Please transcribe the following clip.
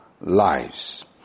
lives